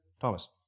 Thomas